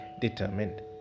determined